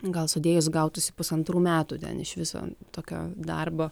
gal sudėjus gautųsi pusantrų metų ten iš viso tokio darbo